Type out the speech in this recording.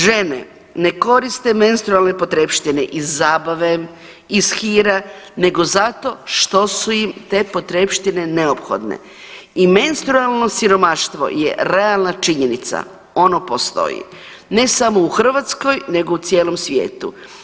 Žene ne koriste menstrualne potrepštine iz zabave, iz hira nego zato što su im te potrepštine neophodne i menstrualno siromaštvo je realna činjenica, ono postoji, ne samo u Hrvatskoj nego u cijelom svijetu.